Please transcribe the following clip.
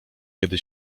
kiedy